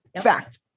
Fact